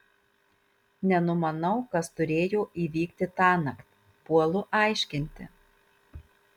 nenumanau kas turėjo įvykti tąnakt puolu aiškinti